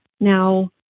Now